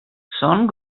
són